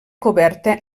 coberta